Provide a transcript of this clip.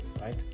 right